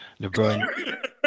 LeBron